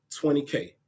20K